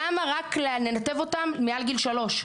למה רק לנתב אותם מעל גיל שלוש?